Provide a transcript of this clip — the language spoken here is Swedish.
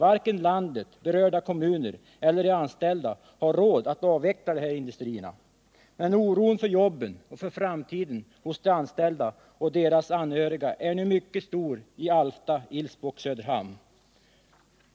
Varken landet, berörda kommuner eller de anställda har råd att avveckla de här industrierna. Men oron för jobben och för framtiden hos de anställda och deras anhöriga är nu mycket stor i Alfta, Ilsbo och Söderhamn.